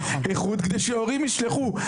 כדי שהורים ישלחו.